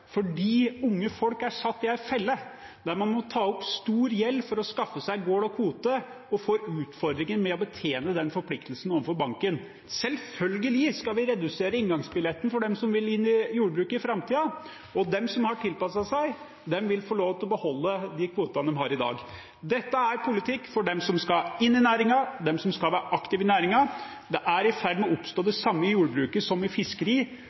fordi unge folk er satt i en felle der de har måttet ta opp stor gjeld for å skaffe seg gård og kvote, og får utfordringer med å betjene den forpliktelsen overfor banken. Selvfølgelig skal vi redusere inngangsbilletten for dem som vil inn i jordbruket i framtiden. De som har tilpasset seg, vil få lov til å beholde de kvotene de har i dag. Dette er politikk for de som skal inn i næringen, de som skal være aktive i næringen. Det er i ferd med å oppstå det samme innen jordbruket som innen fiskeri,